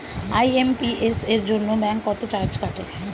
IMPS এর জন্য bank কত চার্জ কাটে?